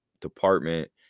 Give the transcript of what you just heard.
department